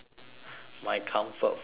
my comfort food is